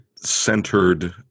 centered